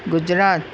Gujarat